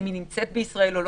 כבר נמצאת בישראל.